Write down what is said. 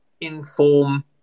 inform